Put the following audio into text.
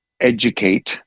educate